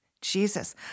Jesus